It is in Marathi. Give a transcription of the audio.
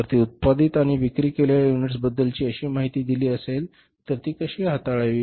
जर ती उत्पादित आणि विक्री केलेल्या युनिटबद्दलची अशी माहिती दिली असेल तर ती कशी हाताळावी